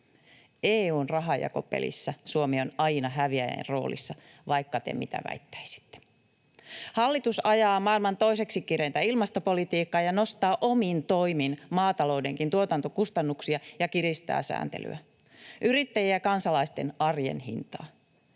EU:n rahanjakopelissä Suomi on aina häviäjän roolissa, vaikka te mitä väittäisitte. Hallitus ajaa maailman toiseksi kireintä ilmastopolitiikkaa ja nostaa omin toimin maataloudenkin tuotantokustannuksia ja kiristää sääntelyä, yrittäjien ja kansalaisten arjen hintaa.